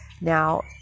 Now